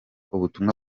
ubutumwa